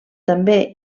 també